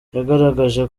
yagaragaje